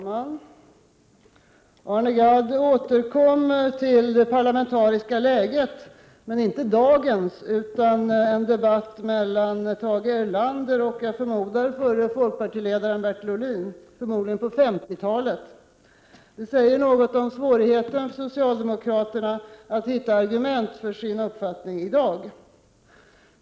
Herr talman! Arne Gadd återkommer till det parlamentariska läget. Men han berör inte dagens läge, utan han tar upp en debatt som fördes mellan Tage Erlander och, förmodar jag, förre folkpartiledaren Bertil Ohlin, troligen på 1950-talet. Detta säger något om svårigheten för socialdemokraterna att hitta argument för sin uppfattning i dag.